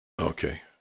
okay